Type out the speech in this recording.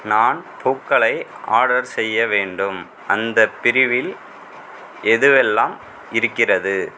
நான் பூக்களை ஆர்டர் செய்ய வேண்டும் அந்தப் பிரிவில் எதுவெல்லாம் இருக்கிறது